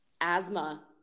asthma